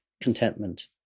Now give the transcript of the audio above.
contentment